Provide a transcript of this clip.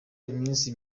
iminsi